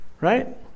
Right